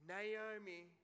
Naomi